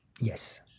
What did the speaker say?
Yes